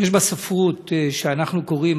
יש בספרות שאנחנו קוראים,